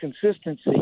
consistency